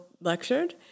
lectured